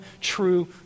true